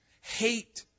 Hate